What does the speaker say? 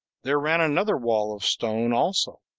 there ran another wall of stone also,